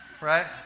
right